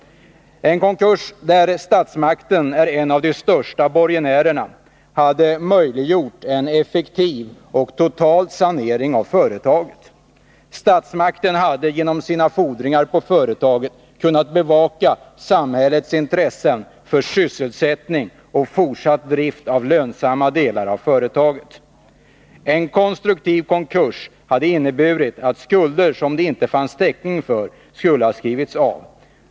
En konkurs — där statsmakten är en av de största borgenärerna — hade möjliggjort en effektiv och total sanering av företaget. Statsmakten hade genom sina fordringar på företaget kunnat bevaka samhällets intressen för sysselsättning och fortsatt drift av lönsamma delar av företaget. En konstruktiv konkurs hade inneburit att skulder som det inte fanns täckning för skulle ha skrivits av.